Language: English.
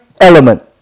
element